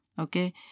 Okay